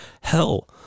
hell